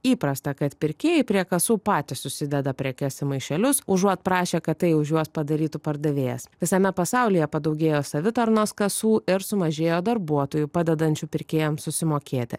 įprasta kad pirkėjai prie kasų patys susideda prekes į maišelius užuot prašę kad tai už juos padarytų pardavėjas visame pasaulyje padaugėjo savitarnos kasų ir sumažėjo darbuotojų padedančių pirkėjams susimokėti